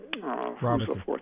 Robinson